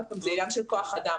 עוד פעם, זה עניין של כוח אדם.